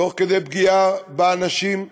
תוך פגיעה באנשים,